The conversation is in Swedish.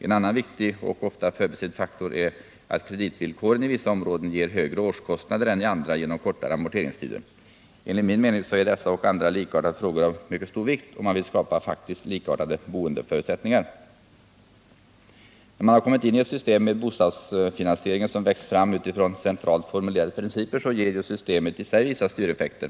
En annan viktig och ofta förbisedd faktor är att kreditvillkoren i vissa områden ger högre årskostnader än i andra genom kortare amorteringstider. Enligt min mening är dessa och andra likartade frågor av mycket stor vikt, om man vill skapa faktiskt likartade boendeförutsättningar. När man kommit in i ett system för bostadsfinansiering som växt fram utifrån centralt formulerade principer ger systemet i sig vissa styreffekter.